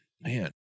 man